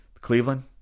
Cleveland